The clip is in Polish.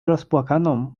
rozpłakaną